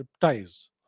ties